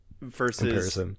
Versus